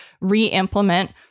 re-implement